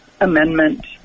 Amendment